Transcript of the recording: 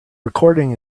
recording